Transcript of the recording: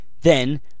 Then